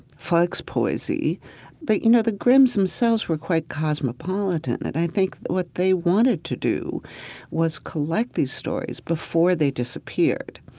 volkspoesie. but you know the grimms themselves were quite cosmopolitan. and i think what they wanted to do was collect these stories before they disappeared.